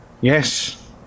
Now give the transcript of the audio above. Yes